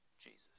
Jesus